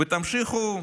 ותמשיכו,